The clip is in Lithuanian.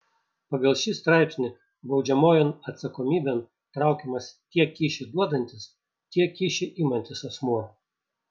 pagal šį straipsnį baudžiamojon atsakomybėn traukiamas tiek kyšį duodantis tiek kyšį imantis asmuo